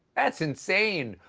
that's insane,